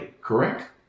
correct